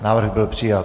Návrh byl přijat.